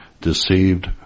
deceived